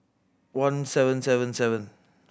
one seven seven seven